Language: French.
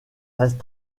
reste